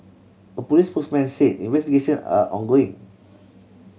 a police spokesman said investigation are ongoing